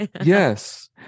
Yes